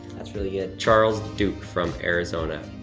that's really good. charles duke from arizona,